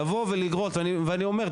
לבוא ולראות ואני אומר,